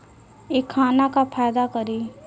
इ खाना का फायदा करी